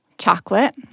Chocolate